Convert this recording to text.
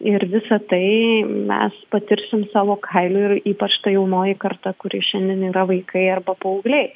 ir visa tai mes patirsim savo kailiu ir ypač ta jaunoji karta kuri šiandien yra vaikai arba paaugliai